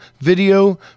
video